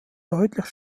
deutlich